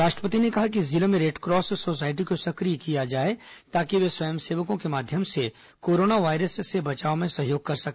राष्ट्रपति ने कहा कि जिलों में रेडक्रास सोसायटी को सक्रिय किया जाए ताकि वे स्वयंसेवकों के माध्यम से कोरोना वायरस से बचाव में सहयोग कर सके